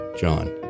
John